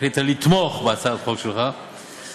החליטה לתמוך בהצעת החוק שלך,